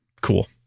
Cool